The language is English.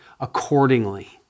accordingly